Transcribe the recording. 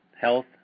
health